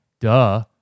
Duh